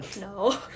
No